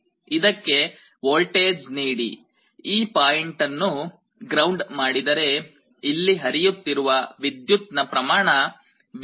ಇದಕ್ಕೆ ವೋಲ್ಟೇಜ್ ನೀಡಿ ಈ ಪಾಯಿಂಟ್ ಅನ್ನು ಗ್ರೌಂಡ್ ಮಾಡಿದರೆ ಇಲ್ಲಿ ಹರಿಯುತ್ತಿರುವ ವಿದ್ಯುತ್ ನ ಪ್ರಮಾಣ V R